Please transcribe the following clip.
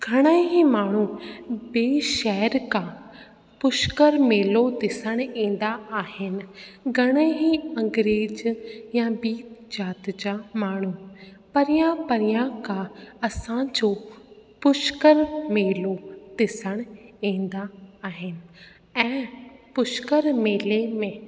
घणेई माण्हू ॿीं शहर खां पुष्कर मेलो ॾिसण ईंदा आहिनि घणेई अंग्रेज या ॿीं जात जा माण्हू परियां परियां खां असांजो पुष्कर मेलो ॾिसण ईंदा आहिनि ऐं पुष्कर मेले में